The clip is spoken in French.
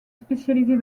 spécialisée